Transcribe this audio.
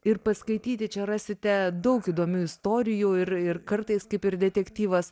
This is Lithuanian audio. ir paskaityti čia rasite daug įdomių istorijų ir ir kartais kaip ir detektyvas